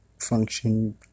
function